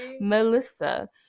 melissa